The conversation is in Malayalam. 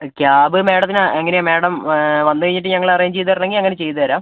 ക്യാബ് മാഡത്തിന് എങ്ങനെയാണ് മാഡം വന്ന് കഴിഞ്ഞിട്ട് ഞങ്ങൾ അറേഞ്ച് ചെയ്തുതരണമെങ്കിൽ അങ്ങനെ ചെയ്ത് തരാം